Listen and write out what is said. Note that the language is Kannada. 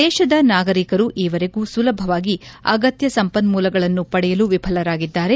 ದೇಶದ ನಾಗರಿಕರು ಈವರೆಗೂ ಸುಲಭವಾಗಿ ಅಗತ್ಯ ಸಂಪನ್ನೂಲಗಳನ್ನು ಪಡೆಯಲು ವಿಫಲರಾಗಿದ್ದಾರೆ